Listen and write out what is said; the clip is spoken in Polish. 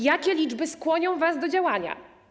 Jakie liczby skłonią was do działania?